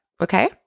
okay